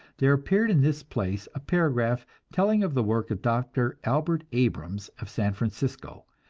there appeared in this place a paragraph telling of the work of dr. albert abrams of san francisco,